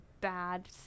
bad